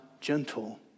gentle